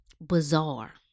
Bizarre